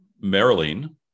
Marilyn